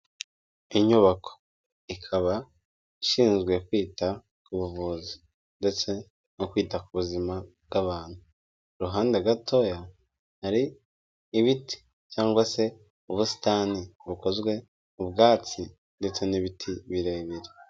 Inyubako ikaba ishinzwe kwita ku buvuzi ndetse no kwita ku buzima bw'abantu, ku ruhande gatoya hari ibiti cyangwa se ubusitani bukozwe mu bwatsi ndetse n'ibiti birebire.